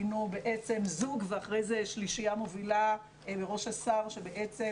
היינו בעצם זוג ואחרי זה שלישייה מובילה בראש השר שבעצם